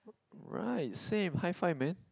right same high five man